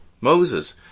Moses